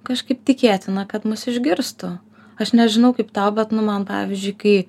kažkaip tikėtina kad mus išgirstų aš nežinau kaip tau bet nu man pavyzdžiui kai